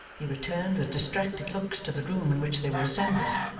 he returned with distracted looks to the room in which they were assembled.